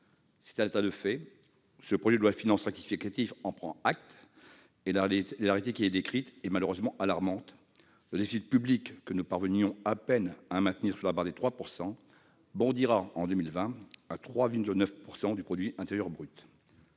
C'est un état de fait. Ce projet de loi de finances rectificative en prend acte. Et la réalité qui y est décrite est malheureusement alarmante : le déficit public, que nous parvenions à peine à maintenir sous la barre des 3 %, bondira en 2020 à 3,9 % du PIB.